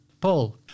Paul